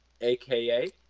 aka